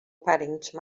parente